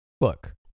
look